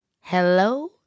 Hello